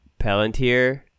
palantir